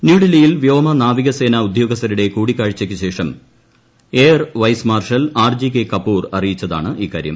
ന്യൂഡൽഹിയിൽ വ്യോമ നാവിക സേന ഉദ്യോഗസ്ഥരുടെ കൂടിക്കാഴ്ചയ്ക്ക് ശേഷം air vice marshal R G K Kapoor അറിയിച്ചതാണ് ഇക്കാര്യം